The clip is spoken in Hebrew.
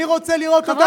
אני רוצה לראות אותך,